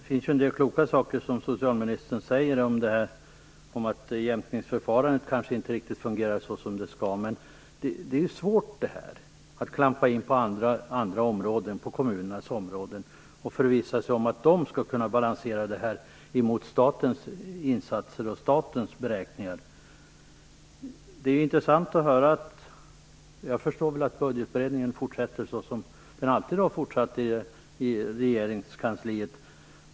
Fru talman! Socialministern säger en del kloka saker om att jämkningsförfarandet kanske inte riktigt fungerar som det skall. Det är svårt att klampa in på kommunernas områden och förvissa sig om att de skall kunna balansera detta mot statens insatser och statens beräkningar. Jag förstår väl att budgetberedningen fortsätter såsom den alltid har fortsatt i regeringskansliet.